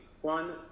One